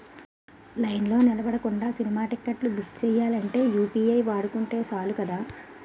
లైన్లో నిలబడకుండా సినిమా టిక్కెట్లు బుక్ సెయ్యాలంటే యూ.పి.ఐ వాడుకుంటే సాలు కదా